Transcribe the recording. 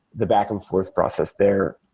the back-and-forth process there.